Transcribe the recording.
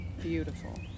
beautiful